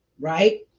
right